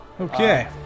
Okay